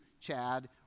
Chad